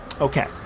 Okay